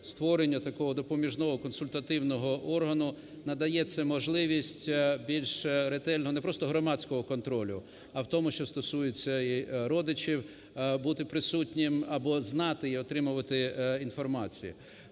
створення такого допоміжного консультативного органу надається можливість більш ретельно, не просто громадського контролю, а в тому, що стосується родичів, бути присутнім або знати і отримувати інформацію.